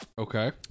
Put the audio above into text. Okay